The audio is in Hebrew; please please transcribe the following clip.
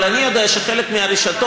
אבל אני יודע שחלק מהרשתות,